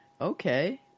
Okay